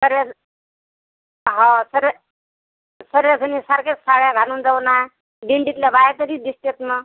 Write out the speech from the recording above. surveys हा सर्व सर्वजणी सारखेच साड्या घालून जाऊ ना दिंडीतून बाहेर तरी दिसतेस ना